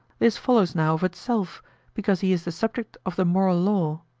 this follows now of itself because he is the subject of the moral law,